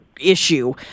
issue